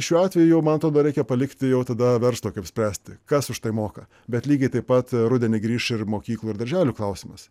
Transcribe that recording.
šiuo atveju man atrodo reikia palikti jau tada verslą kaip spręsti kas už tai moka bet lygiai taip pat rudenį grįš ir mokyklų ir darželių klausimas